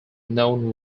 known